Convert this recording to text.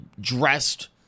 dressed